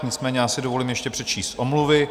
Nicméně si dovolím ještě přečíst omluvy.